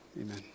amen